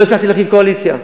לא הצלחתי להרכיב קואליציה,